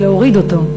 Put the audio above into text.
אז להוריד אותו.